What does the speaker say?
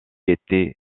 était